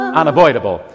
unavoidable